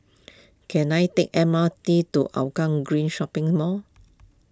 can I take M R T to Hougang Green Shopping Mall